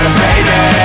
baby